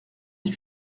des